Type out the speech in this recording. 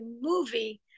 movie